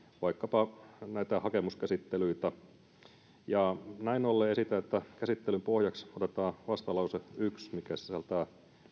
vaikkapa näitä hakemuskäsittelyitä näin ollen esitän että käsittelyn pohjaksi otetaan vastalause yksi mikä sisältää